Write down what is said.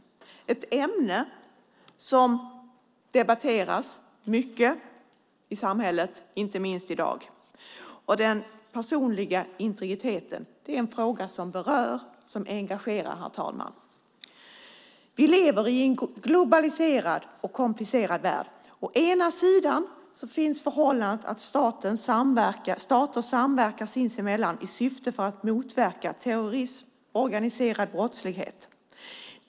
Det är ett ämne som debatteras mycket i samhället, inte minst i dag. Den personliga integriteten är en fråga som berör och engagerar, herr talman. Vi lever i en globaliserad och komplicerad värld. Å ena sidan finns förhållandet att stater samverkar sinsemellan i syfte att motverka terrorism och organiserad brottslighet.